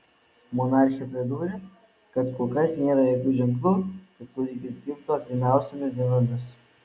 monarchė pridūrė kad kol kas nėra jokių ženklų kad kūdikis gimtų artimiausiomis dienomis